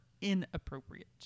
inappropriate